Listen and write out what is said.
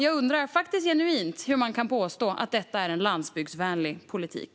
Jag undrar genuint hur man kan påstå att detta är en landsbygdsvänlig politik.